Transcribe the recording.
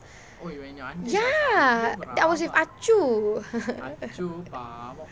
ya I was with achu